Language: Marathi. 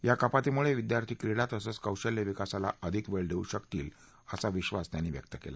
या कपातीमुळे विद्यार्थी क्रीडा तसंच कौशल्य विकासाला अधिक वेळ देऊ शकतील असा विश्वास जावडेकर यांनी व्यक्त केला